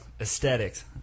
aesthetics